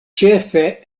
ĉefe